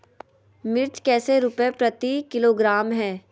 मिर्च कैसे रुपए प्रति किलोग्राम है?